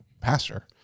pastor